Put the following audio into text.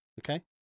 Okay